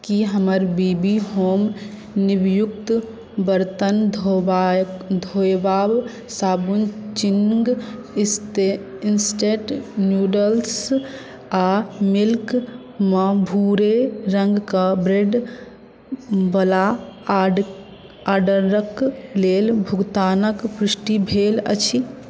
की हमर B B Home नींबू युक्त बरतन धोबा धोएबा साबुन चिंग्स इन्सटे इन्स्टेट नूडल्स आओर मिल्क मे भूरे रङ्ग कऽ ब्रेड वला आर्ड ऑर्डरक लेल भुगतानक पुष्टि भेल अछि